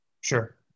Sure